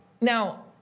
now